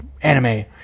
anime